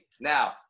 Now